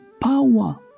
power